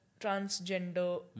transgender